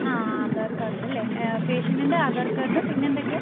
ആ ആധാർ കാർഡിൻ്റെ അല്ലേ പേഷ്യൻറ്റിൻ്റെ ആധാർ കാർഡും പിന്നെ എന്തൊക്കെയാണ്